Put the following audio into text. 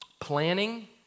Planning